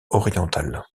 orientales